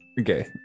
Okay